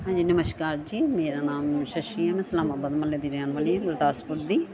ਹਾਂਜੀ ਨਮਸਕਾਰ ਜੀ ਮੇਰਾ ਨਾਮ ਸ਼ਸ਼ੀ ਹੈ ਮੈਂ ਇਸਲਾਮਾਬਾਦ ਮੁਹੱਲੇ ਦੀ ਰਹਿਣ ਵਾਲੀ ਹੈ ਗੁਰਦਾਸਪੁਰ ਦੀ